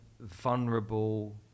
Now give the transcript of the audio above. vulnerable